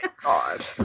god